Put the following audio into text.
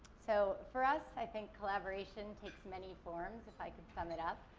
so, for us, i think collaboration takes many forms, if i could sum it up.